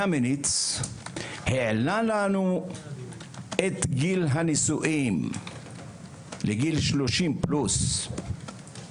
קמיניץ העלה לנו את גיל הנישואים לגיל 30 פלוס.